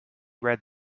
read